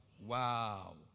Wow